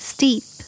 Steep